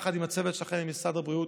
יחד עם הצוות שלך ממשרד הבריאות,